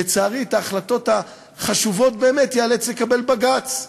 לצערי את ההחלטות החשובות באמת ייאלץ בג"ץ לקבל.